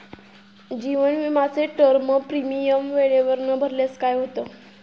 जीवन विमाचे term premium वेळेवर न भरल्यास काय होते?